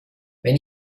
wenn